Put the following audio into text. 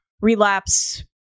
relapse